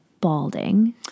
balding